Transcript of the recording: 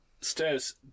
stairs